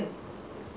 I remember